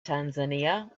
tanzania